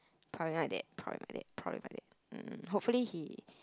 probably my dad probably my dad probably my dad mm hopefully he